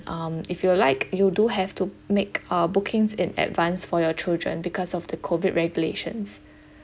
um if you like you do have to make uh bookings in advance for your children because of the COVID regulations